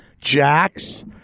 Jax